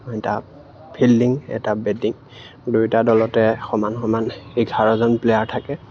এটা ফিল্ডিং এটা বেটিং দুয়োটা দলতে সমান সমান এঘাৰজন প্লেয়াৰ থাকে